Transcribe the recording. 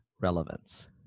relevance